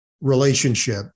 relationship